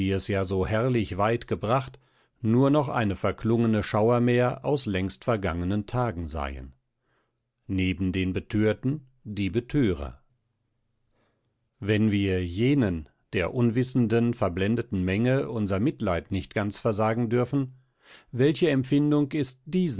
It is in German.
es ja so herrlich weit gebracht nur noch eine verklungene schauermär aus längst vergungenen tagen seien neben den betörten die betörer wenn wir jenen der unwissenden verblendeten menge unser mitleid nicht ganz versagen dürfen welche empfindung ist